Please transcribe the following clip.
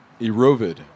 Erovid